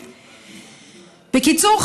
בקיצור,